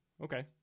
Okay